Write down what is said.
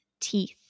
teeth